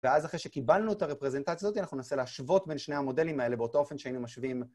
ואז אחרי שקיבלנו את הרפרזנטציות, אנחנו ננסה להשוות בין שני המודלים האלה באותה אופן שהיינו משווים.